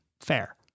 Fair